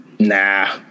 nah